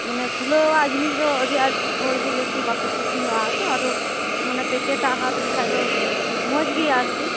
ᱢᱟᱱᱮ ᱠᱷᱩᱞᱟᱹᱣᱟᱜ ᱡᱤᱱᱤᱥ ᱫᱚ ᱟᱹᱰᱤ ᱟᱸᱴ ᱦᱚᱲᱜᱮ ᱡᱟᱥᱛᱤ ᱵᱟᱠᱚ ᱠᱩᱥᱤᱧᱚᱜᱼᱟᱸᱜᱼᱟ ᱛᱚ ᱢᱟᱱᱮ ᱯᱮᱠᱮᱴᱟᱜ ᱦᱟᱛ ᱞᱮᱠᱷᱟᱱ ᱫᱚ ᱢᱚᱡᱽᱜᱮ ᱟᱨᱠᱤ